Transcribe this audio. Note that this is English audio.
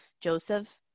Joseph